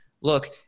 look-